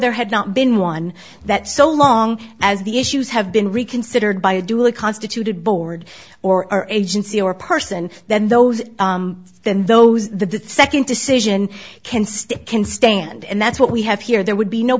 there had not been one that so long as the issues have been reconsidered by a duly constituted board or agency or person then those then those the second decision can stick can stand and that's what we have here there would be no